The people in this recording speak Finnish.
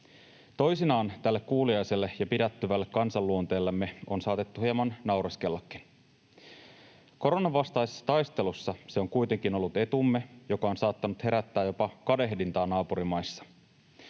Toisinaan tälle kuuliaiselle ja pidättyvälle kansanluonteellemme on saatettu hieman naureskellakin. Koronan vastaisessa taistelussa se on kuitenkin ollut etumme, joka on saattanut herättää jopa kadehdintaa naapurimaissa.